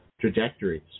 trajectories